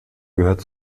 gehört